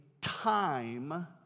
time